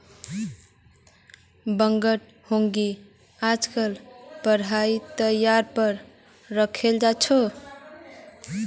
बैंकत हुंडीक आजकल पढ़ाई तौर पर रखाल जा छे